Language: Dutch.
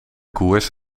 koers